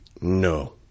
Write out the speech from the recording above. No